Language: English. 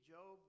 Job